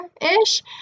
ish